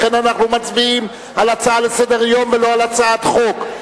לכן אנחנו מצביעים על הצעה לסדר-היום ולא על הצעת חוק.